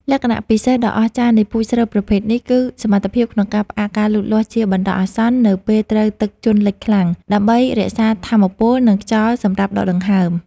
លក្ខណៈពិសេសដ៏អស្ចារ្យនៃពូជស្រូវប្រភេទនេះ គឺសមត្ថភាពក្នុងការផ្អាកការលូតលាស់ជាបណ្តោះអាសន្ននៅពេលត្រូវទឹកជន់លិចខ្លាំង ដើម្បីរក្សាថាមពល និងខ្យល់សម្រាប់ដកដង្ហើម។